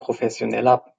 professioneller